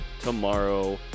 tomorrow